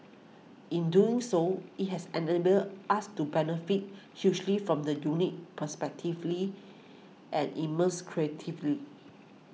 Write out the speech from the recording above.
in doing so it has enabled us to benefit hugely from the unique perspectives and immense creativity